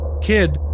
Kid